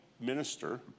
minister